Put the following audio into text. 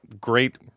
great